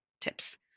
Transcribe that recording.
tips